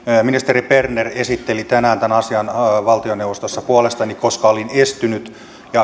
ministeri berner esitteli tänään tämän asian valtioneuvostossa puolestani koska olin estynyt